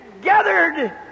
gathered